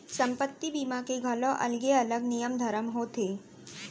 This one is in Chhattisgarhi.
संपत्ति बीमा के घलौ अलगे अलग नियम धरम होथे